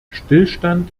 stillstand